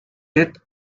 death